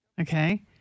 Okay